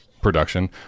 production